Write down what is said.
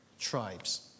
tribes